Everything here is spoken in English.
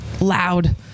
loud